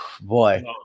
boy